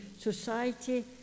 society